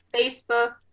Facebook